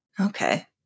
Okay